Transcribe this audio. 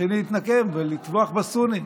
מתחילים לטבוח בסונים.